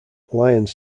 lions